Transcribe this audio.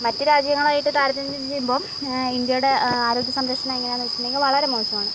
മറ്റ് രാജ്യങ്ങളായിട്ട് താരതമ്യം ചെയ്യുമ്പം ഇന്ത്യയുടെ ആരോഗ്യസംരക്ഷണം എങ്ങനെയാന്ന് ചോദിച്ചിട്ടുണ്ടെങ്കിൽ വളരെ മോശം ആണ്